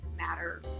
matter